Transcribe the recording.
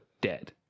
dead